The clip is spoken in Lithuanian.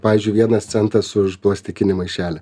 pavyzdžiui vienas centas už plastikinį maišelį